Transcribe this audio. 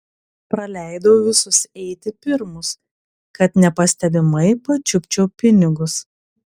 praleidau visus eiti pirmus kad nepastebimai pačiupčiau pinigus